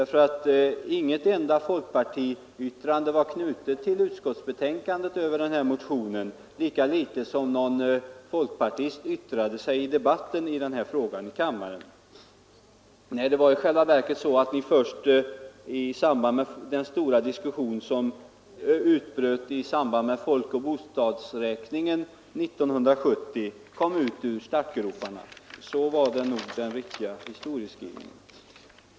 Inget enda folkpartiyttrande var knutet till utskottsbetänkandet över motionerna, lika litet som någon folkpartist yttrade sig i debatten i kamrarna. Nej, det var i själva verket så att ni först i samband med den stora diskussion som utbröt i anslutning till folkoch bostadsräkningen 1970 kom upp ur startgroparna. Det är den riktiga historieskrivningen.